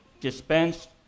dispensed